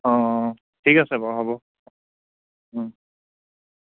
অঁ অঁ অঁ ঠিক আছে বাৰু হ'ব